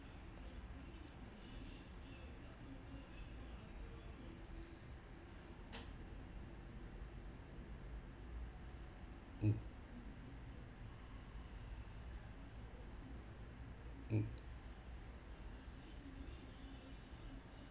mm mm